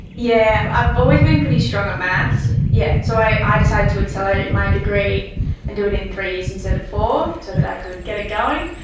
yeah i've always been pretty strong at maths. yeah so i decided to accelerate my degree and do it in three years instead of four so that i could get it going.